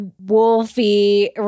Wolfie